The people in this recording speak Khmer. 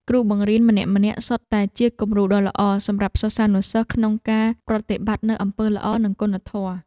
គ្រូបង្រៀនម្នាក់ៗសុទ្ធតែជាគំរូដ៏ល្អសម្រាប់សិស្សានុសិស្សក្នុងការប្រតិបត្តិនូវអំពើល្អនិងគុណធម៌។